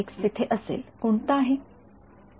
तिथे असेल कोणता आहे